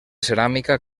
ceràmica